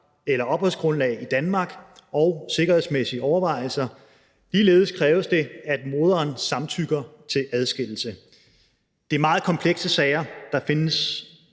der er grundlag for at foretage en evakuering. Ligeledes kræves det, at moderen samtykker til adskillelse. Det er meget komplekse sager. Der findes